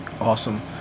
Awesome